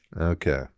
Okay